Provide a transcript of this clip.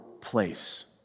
place